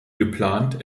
geplant